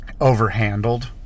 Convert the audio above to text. overhandled